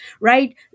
right